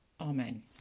Amen